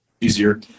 easier